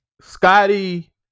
Scotty